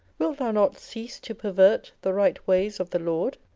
wilt thou not cease to pervert the right ways of the lord?